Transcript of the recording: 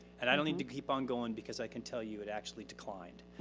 and i don't need to keep on going because i can tell you, it actually declined.